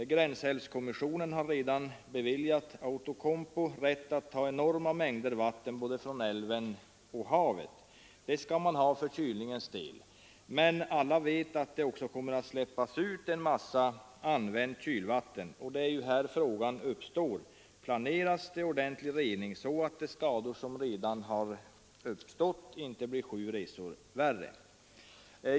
Gränsälvskommissionen har redan beviljat Outokumpu rätt att ta enorma mängder vatten från både älven och havet. Det skall man ha till kylningen. Men alla vet att det också kommer att släppas ut en massa använt kylvatten, och det är då frågan uppstår: Planeras det ordentlig rening så att de skador som redan har uppstått inte blir sju resor värre?